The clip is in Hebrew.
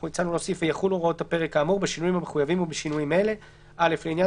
ויחולו הוראות הפרק האמור בשינויים המחויבים ובשינויים אלה: (א)לעניין